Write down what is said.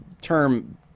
term